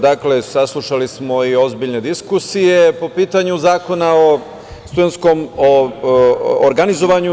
Dakle, saslušali smo i ozbiljne diskusije po pitanju Zakona o studentskom organizovanju.